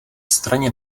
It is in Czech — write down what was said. straně